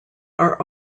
are